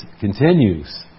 continues